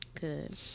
Good